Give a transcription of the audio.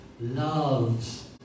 loves